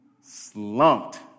slumped